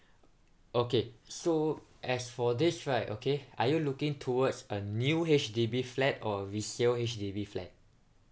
okay so as for this right okay are you looking towards a new H_D_B flat or a resale H_D_B flat